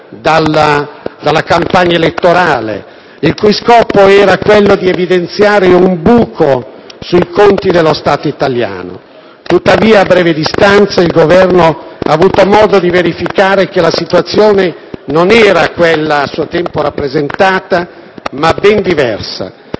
dalla campagna elettorale e il cui scopo era quello di evidenziare un buco nei conti dello Stato italiano. Tuttavia, a breve distanza il Governo ha avuto modo di verificare che la situazione non era quella a suo tempo rappresentata, ma ben diversa.